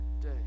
day